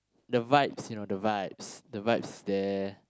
the vibes you know the vibes the vibes there